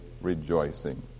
rejoicing